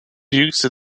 jüngste